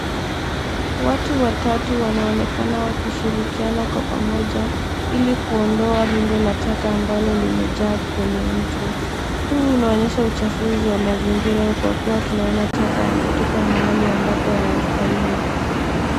Watu watatu wanaonekana wakishirikiana kwa pamoja ili kuondoa rundo la taka ambalo limejaa kwenye mto. Huu unaonyesha uchafuzi wa mazingira kwa kuwa tunaona taka yametupwa mahali ambapo hayastahili.